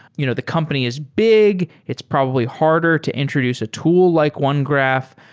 you know the company is big, it's probably harder to introduce a tool like onegraph.